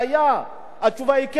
האם אדם פעם עמד לדין?